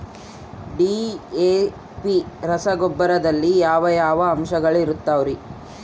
DAP ರಸಗೊಬ್ಬರದಲ್ಲಿ ಯಾವ ಯಾವ ಅಂಶಗಳಿರುತ್ತವರಿ?